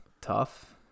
tough